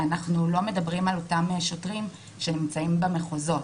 אנחנו לא מדברים על אותם שוטרים שנמצאים במחוזות.